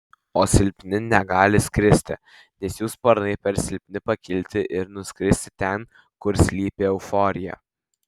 o silpni negali skristi nes jų sparnai per silpni pakilti ir nuskristi ten kur slypi euforija